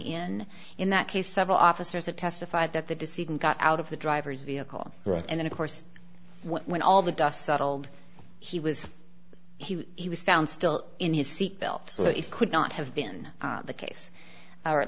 in in that case several officers have testified that the decision got out of the driver's vehicle right and then of course when all the dust settled he was he was found still in his seat belt so it could not have been the case or at